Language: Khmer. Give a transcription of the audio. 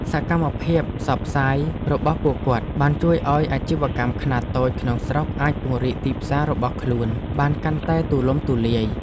សកម្មភាពផ្សព្វផ្សាយរបស់ពួកគាត់បានជួយឱ្យអាជីវកម្មខ្នាតតូចក្នុងស្រុកអាចពង្រីកទីផ្សាររបស់ខ្លួនបានកាន់តែទូលំទូលាយ។